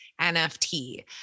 NFT